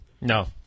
No